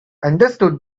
understood